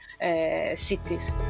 cities